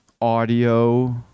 audio